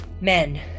Men